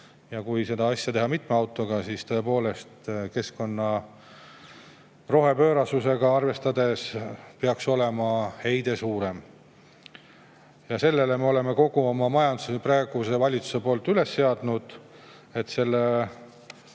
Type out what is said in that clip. aga kui seda asja teha mitme autoga, siis tõepoolest – keskkonna rohepöörasusega arvestades – peaks olema heide suurem. Ja sellele me oleme kogu oma majanduse praeguse valitsuse [eestvedamisel] üles seadnud.